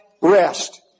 rest